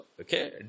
Okay